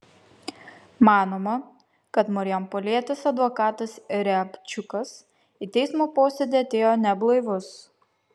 manoma kad marijampolietis advokatas riabčiukas į teismo posėdį atėjo neblaivus